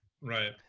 right